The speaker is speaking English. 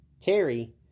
Terry